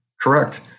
Correct